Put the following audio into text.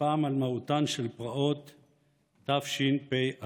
מהותן של פרעות תשפ"א.